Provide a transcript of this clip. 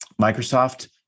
Microsoft